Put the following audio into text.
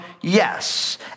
Yes